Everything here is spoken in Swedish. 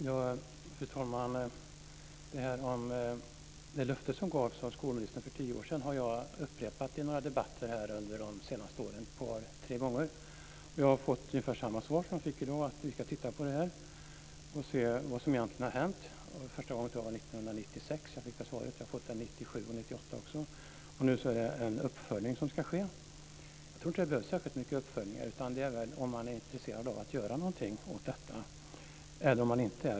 Fru talman! Det löfte som gavs av skolministern för tio år sedan har jag upprepat i några debatter här under de senaste åren ett par tre gånger. Jag har fått ungefär samma svar som jag fick i dag: Vi ska titta på det och se vad som egentligen har hänt. Första gången jag fick det svaret var år 1996. Jag fick det också år 1997 och år 1998. Nu är det en uppföljning som ska ske. Jag tror inte att det behövs särskilt många uppföljningar. Det är som är intressant är om man är intresserad av att göra någonting åt detta eller inte.